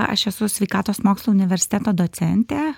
aš esu sveikatos mokslų universiteto docentė